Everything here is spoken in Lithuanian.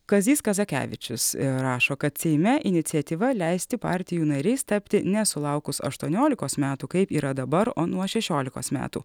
kazys kazakevičius rašo kad seime iniciatyva leisti partijų nariais tapti nesulaukus aštuoniolikos metų kaip yra dabar o nuo šešiolikos metų